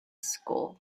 school